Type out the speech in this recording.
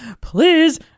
Please